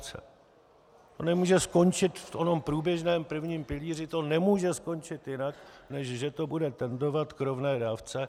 To nemůže skončit v onom průběžném prvním pilíři, to nemůže skončit jinak, než že to bude tendovat k rovné dávce.